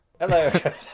Hello